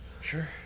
sure